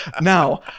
Now